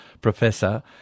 Professor